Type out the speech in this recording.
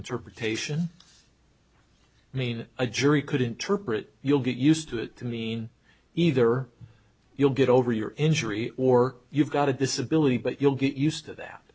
interpretation mean a jury could interpret you'll get used to it to mean either you'll get over your injury or you've got a disability but you'll get used to that